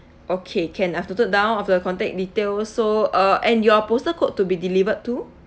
okay can I've noted down of your contact details so uh and your postal code to be delivered to